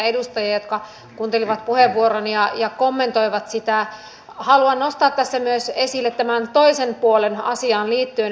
käytännössä kaikki niin sanotut vanhat eu maat kreikkaa lukuun ottamatta ovat ottaneet sen käyttöön jo aikoinaan